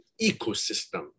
ecosystem